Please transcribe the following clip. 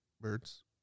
birds